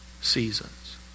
seasons